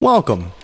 Welcome